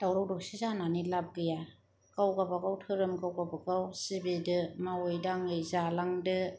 दावराव दावसि जानानै लाब गैया गाव गावबागाव धोरोम गाव गावबागाव सिबिदो मावै दाङै जालांदो